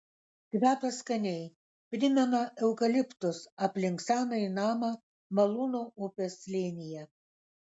kvepia skaniai primena eukaliptus aplink senąjį namą malūno upės slėnyje